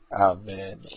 Amen